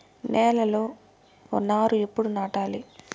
నేలలో నారు ఎప్పుడు నాటాలి?